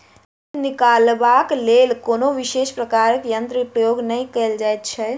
दूध निकालबाक लेल कोनो विशेष प्रकारक यंत्रक प्रयोग नै कयल जाइत छै